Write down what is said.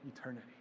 eternity